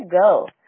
go